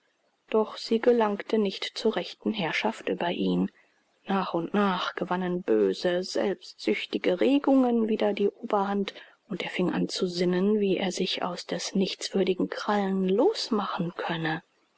doch sie gelangte nicht zur rechten herrschaft über ihn nach und nach gewannen böse selbstsüchtige regungen wieder die oberhand und er fing an zu sinnen wie er sich aus des nichtswürdigen krallen losmachen könne